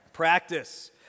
Practice